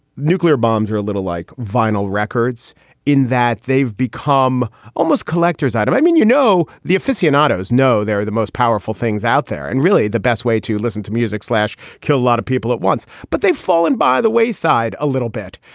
nuclear bombs are a little like vinyl records in that they've become almost collector's item. i mean, you know, the aficionados know they're the most powerful things out there and really the best way to listen to music slash kill a lot of people at once, but they've fallen by the wayside a little bit.